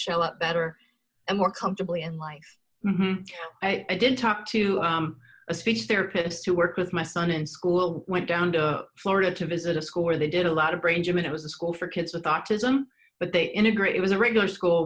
show up better and more comfortably in life i didn't talk to a speech therapist who worked with my son in school went down to florida to visit a school where they did a lot of range when it was a school for kids with autism but they integrate it was a regular school